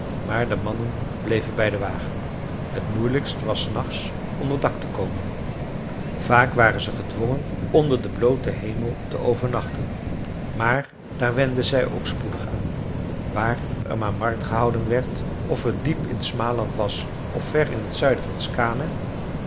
maar de mannen bleven bij den wagen het moeilijkst was des nachts onder dak te komen vaak waren ze gedwongen onder den blooten hemel te overnachten maar daar wenden zij ook spoedig aan waar er maar markt gehouden werd of het diep in smaland was of ver in t zuiden in skaane